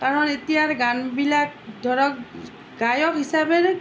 কাৰণ এতিয়াৰ গানবিলাক ধৰক গায়ক হিচাপে